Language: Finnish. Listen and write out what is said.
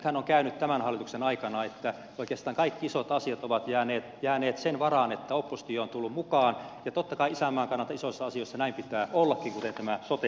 nythän on käynyt tämän hallituksen aikana niin että oikeastaan kaikki isot asiat ovat jääneet sen varaan että oppositio on tullut mukaan ja totta kai isänmaan kannalta isoissa asioissa näin pitää ollakin kuten tässä sote asiassa